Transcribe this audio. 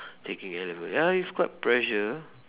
taking N-level ya it's quite pressure